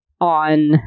on